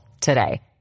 today